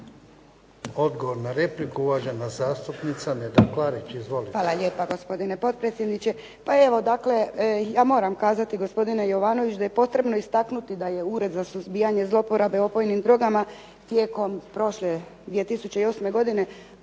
Odgovor na repliku, uvažena zastupnica Neda Klarić. Izvolite.